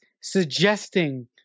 suggesting